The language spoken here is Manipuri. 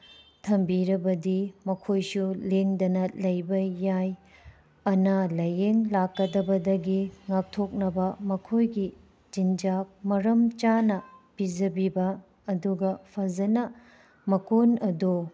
ꯊꯝꯕꯤꯔꯕꯗꯤ ꯃꯈꯣꯏꯁꯨ ꯂꯦꯡꯗꯅ ꯂꯩꯕ ꯌꯥꯏ ꯑꯅꯥ ꯂꯥꯏꯌꯦꯡ ꯂꯥꯛꯀꯥꯗꯕꯗꯒꯤ ꯉꯥꯛꯊꯣꯛꯅꯕ ꯃꯈꯣꯏꯒꯤ ꯆꯤꯟꯖꯥꯛ ꯃꯔꯝ ꯆꯥꯅ ꯄꯤꯖꯕꯤꯕ ꯑꯗꯨꯒ ꯐꯖꯅ ꯃꯀꯣꯜ ꯑꯗꯣ